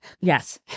Yes